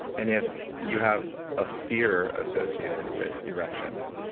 and if you have a fear associated with erections,